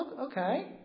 Okay